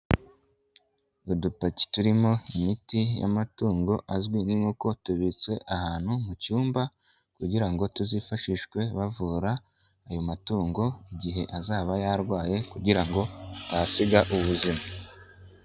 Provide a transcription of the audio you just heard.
Udupaki turimo imiti y'amatungo, azwi nk'inkoko tubitswe ahantu mu cyumba kugira ngo tuzifashishwe bavura ayo matungo, igihe azaba yarwaye kugira ngo atahasiga ubuzima.